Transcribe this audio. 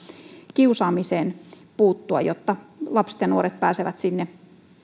kiusaamiseen puuttua ja jotta lapset ja nuoret pääsevät sinne